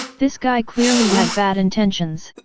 this guy clearly had bad intentions.